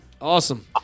Awesome